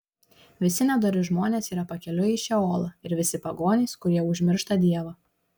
visi nedori žmonės yra pakeliui į šeolą ir visi pagonys kurie užmiršta dievą